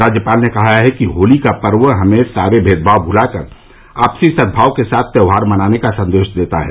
राज्यपाल ने कहा है कि होली का पावन पर्व हमें सारे भेद भाव भुलाकर आपसी सद्भाव के साथ त्योहार मनाने का संदेश देता है